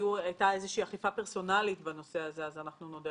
איזו שהיא אכיפה פרסונאלית בנושא הזה, נשמח